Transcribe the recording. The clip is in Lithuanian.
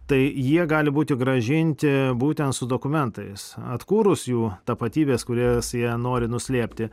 tai jie gali būti grąžinti būtent su dokumentais atkūrus jų tapatybes kurias jei nori nuslėpti